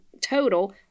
total